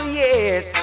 yes